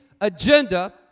agenda